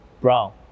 Brown